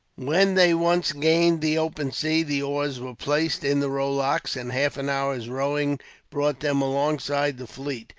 when they once gained the open sea, the oars were placed in the rowlocks, and half an hour's rowing brought them alongside the fleet.